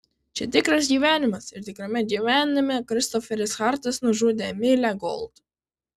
čia tikras gyvenimas ir tikrame gyvenime kristoferis hartas nužudė emilę gold